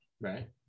right